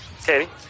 Katie